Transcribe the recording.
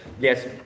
yes